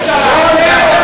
אקוניס.